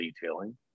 detailing